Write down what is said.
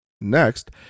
Next